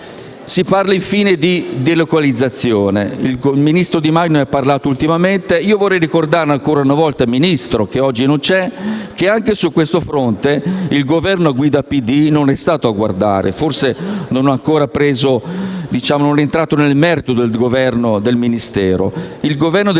Si parla infine di delocalizzazione. Il ministro Di Maio ne ha parlato ultimamente e vorrei ricordare ancora una volta al Ministro, che oggi non c'è, che anche su questo fronte il Governo a guida PD non è stato a guardare: forse il Ministro non è ancora entrato nel merito del governo del Ministero.